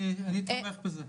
אני איתך בזה.